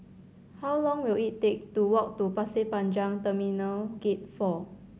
how long will it take to walk to Pasir Panjang Terminal Gate Four